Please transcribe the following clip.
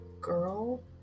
girl